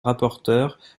rapporteurs